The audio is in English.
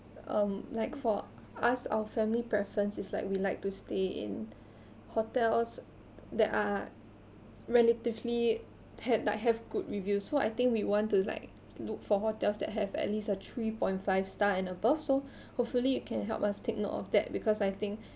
um like for us our family preference is like we like to stay in hotels that are relatively had like have good reviews so I think we want to like look for hotels that have at least a three point five star and above so hopefully you can help us take note of that because I think